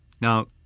Now